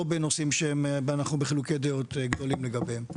בנושאים שאנחנו בחילוקי דעות גדולים לגביהם.